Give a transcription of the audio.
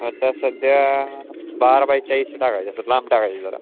आता सध्या बारा बाय चाळीसचं टाकायचं असं लांब टाकायची जरा